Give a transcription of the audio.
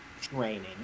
training